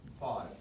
five